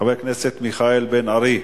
חבר הכנסת מיכאל בן-ארי.